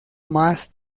más